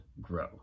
grow